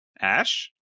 Ash